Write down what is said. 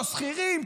לא שכירים.